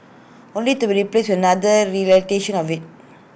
only to be replaced another iteration of IT